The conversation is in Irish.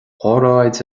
óráid